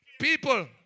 People